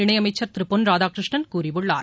இணையமைச்சர் திரு பொன் ராதாகிருஷ்ணன் கூறியுள்ளார்